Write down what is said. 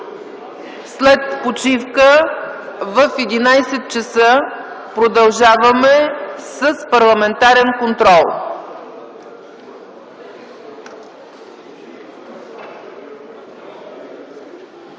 След почивка, в 11,00 ч. продължаваме с парламентарен контрол.